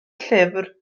llyfr